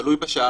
תלוי בשעה.